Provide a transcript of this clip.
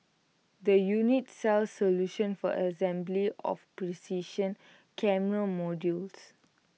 the unit sells solutions for assembly of precision camera modules